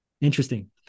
Interesting